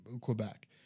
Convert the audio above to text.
Quebec